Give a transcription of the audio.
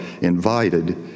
invited